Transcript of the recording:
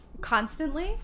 constantly